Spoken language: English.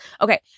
Okay